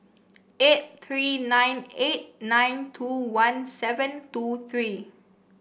eight three nine eight nine two one seven two three